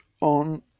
on